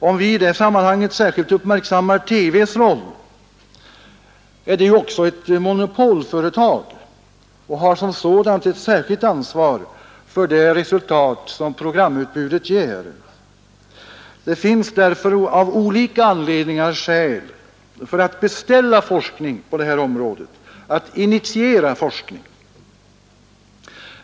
Om vi i det sammanhanget särskilt uppmärksammar TV:s roll bör vi tänka på att TV är ett monopolföretag och som sådant har ett särskilt ansvar för de resultat som programutbudet ger. Det finns därför skäl för att beställa forskning på detta område, att initiera forskning.